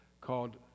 called